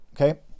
okay